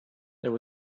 there